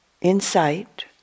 insight